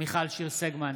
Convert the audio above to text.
מיכל שיר סגמן,